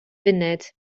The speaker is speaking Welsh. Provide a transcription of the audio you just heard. funud